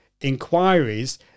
inquiries